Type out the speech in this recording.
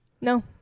No